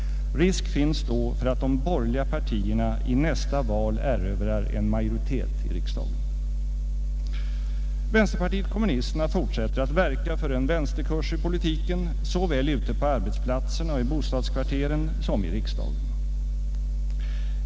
Risk finns då för att de borgerliga partierna i nästa val erövrar en majoritet i riksdagen. Vänsterpartiet kommunisterna fortsätter att verka för en vänsterkurs i politiken såväl ute på arbetsplatserna och i bostadskvarteren som i riksdagen.